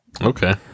Okay